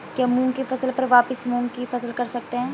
क्या मूंग की फसल पर वापिस मूंग की फसल कर सकते हैं?